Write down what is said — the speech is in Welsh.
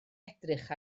edrych